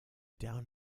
down